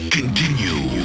Continue